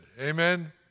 Amen